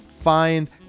Find